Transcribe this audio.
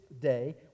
day